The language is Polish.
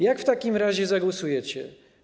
Jak w takim razie zagłosujecie?